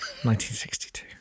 1962